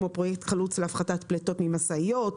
כמו: פרויקט חלוץ להפחתת פליטות ממשאיות,